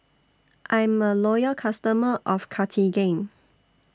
I'm A Loyal customer of Cartigain